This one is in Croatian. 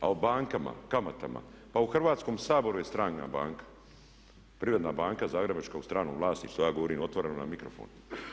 A o bankama, kamatama, pa u Hrvatskom saboru je strana banka, Privredna banka zagrebačka u stranom vlasništvu, ja govorim otvoreno na mikrofon.